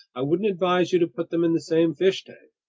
i wouldn't advise you to put them in the same fish tank!